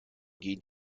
gehen